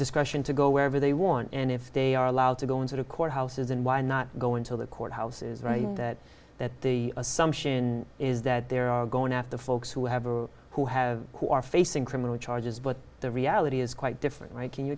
discretion to go wherever they want and if they are allowed to go into the courthouses and why not go into the courthouse is right that the assumption is that there are going after folks who have or who have who are facing criminal charges but the reality is quite different right can you